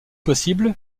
possible